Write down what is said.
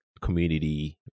community